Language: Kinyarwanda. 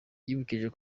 yibukije